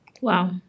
Wow